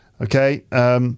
okay